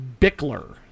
Bickler